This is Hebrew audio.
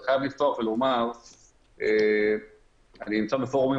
אני חייב לפתוח ולומר שאני נמצא בפורומים